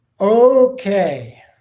okay